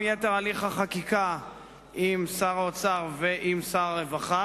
יתר תהליך החקיקה עם שר האוצר ועם שר הרווחה,